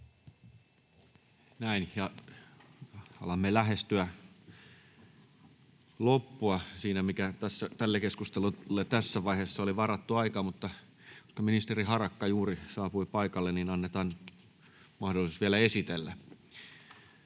Näin. — Alamme lähestyä loppua siinä, mikä tälle keskustelulle tässä vaiheessa varattu aika oli, mutta koska ministeri Harakka juuri saapui paikalle, niin annetaan mahdollisuus vielä esitellä.